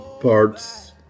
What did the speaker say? parts